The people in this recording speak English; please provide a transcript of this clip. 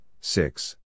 six